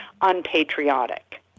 unpatriotic